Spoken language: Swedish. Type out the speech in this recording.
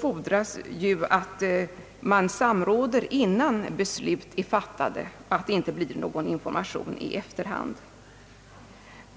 fordras ju att man samråder innan beslut är fattade, så att det inte blir någon information i efterhand.